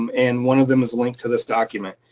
um and one of them is linked to this document.